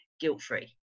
guilt-free